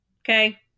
Okay